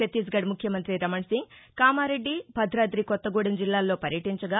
ఛత్తీస్గఢ్ ముఖ్యమంతి రమణ్సింగ్ కామారెడ్లి భద్రాది కొత్తగూడెం జిల్లాల్లో పర్యటించగా